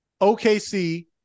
OKC